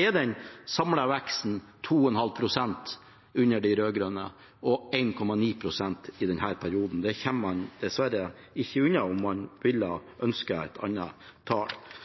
er den samlede veksten på 2,5 pst. under de rød-grønne og 1,9 pst. i denne perioden. Det kommer man dessverre ikke unna, selv om man hadde ønsket seg et annet tall.